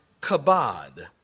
Kabod